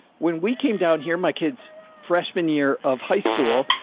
when we came down here, my kids freshman year of high school,